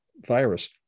virus